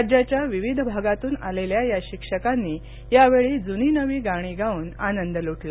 राज्याच्या विविध भागातून आलेल्या या शिक्षकांनी यावेळी जुनी नवी गाणी गाऊन आनंद लुटला